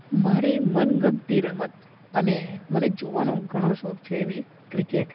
મારી મનગમતી રમત અને મને જોવાનો ઘણો શોખ છે એવી ક્રિકેટ